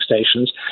stations